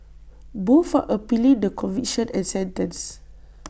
both are appealing the conviction and sentence